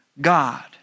God